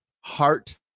heart